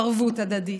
ערבות הדדית,